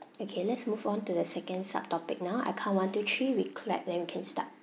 okay let's move on to the second sub topic now I count one two three we clap then we can start